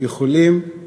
להיות